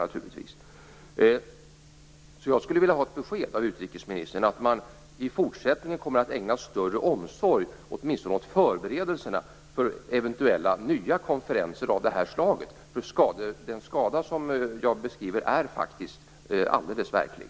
Jag skulle vilja ha ett besked av utrikesministern, att man i fortsättningen ägnar större omsorg åt åtminstone förberedelserna av eventuella nya konferenser av det här slaget. Den skada som jag beskrev är faktiskt verklig.